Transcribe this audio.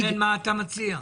לכן מה אתה מציע?